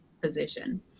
position